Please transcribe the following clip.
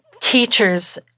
teachers